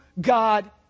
God